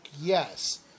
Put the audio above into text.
Yes